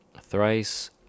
Thrice